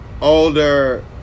older